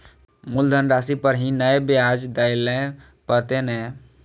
मुलधन राशि पर ही नै ब्याज दै लै परतें ने?